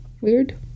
Weird